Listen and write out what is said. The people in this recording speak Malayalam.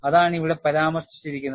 അതാണ് ഇവിടെ പരാമർശിച്ചിരിക്കുന്നത്